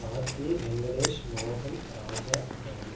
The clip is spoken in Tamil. கார்த்தி வெங்கடேஷ் மோகன் ராஜா ரவி